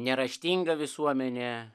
neraštinga visuomenė